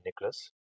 Nicholas